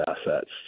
assets